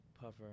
puffer